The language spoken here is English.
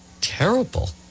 Terrible